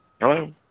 Hello